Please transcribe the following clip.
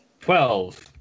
Twelve